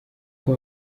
uko